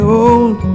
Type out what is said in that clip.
old